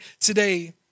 today